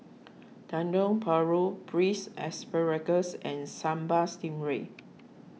Dendeng Paru Braised Asparagus and Sambal Stingray